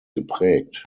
geprägt